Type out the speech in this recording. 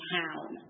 town